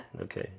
Okay